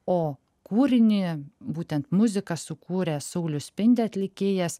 o kūrinį būtent muziką sukūrė saulius spindi atlikėjas